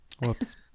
Whoops